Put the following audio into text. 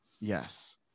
Yes